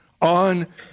on